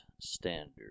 standard